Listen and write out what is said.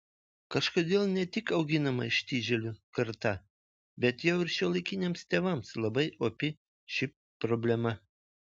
kažkodėl ne tik auginama ištižėlių karta bet jau ir šiuolaikiniams tėvams labai opi ši problema